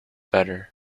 better